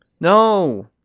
No